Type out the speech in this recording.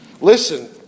Listen